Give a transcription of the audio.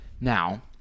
Now